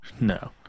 No